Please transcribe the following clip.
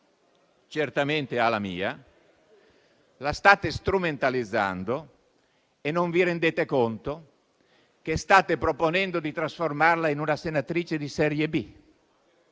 certamente alla mia). La state strumentalizzando e non vi rendete conto che state proponendo di trasformarla in una senatrice di serie B.